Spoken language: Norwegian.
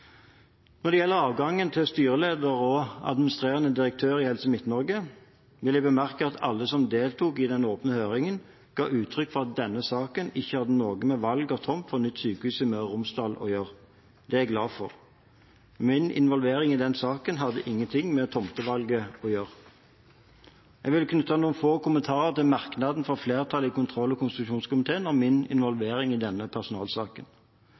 Når det gjelder avgangen til styreleder og administrerende direktør i Helse Midt-Norge, vil jeg bemerke at alle som deltok i den åpne høringen, ga uttrykk for at denne saken ikke hadde noe med valg av tomt for nytt sykehus i Møre og Romsdal å gjøre. Det er jeg glad for. Min involvering i den saken hadde ingen ting med tomtevalget å gjøre. Jeg vil knytte noen få kommentarer til merknaden fra flertallet i kontroll- og konstitusjonskomiteen om min involvering i denne personalsaken.